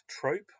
trope